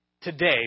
today